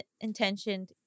intentioned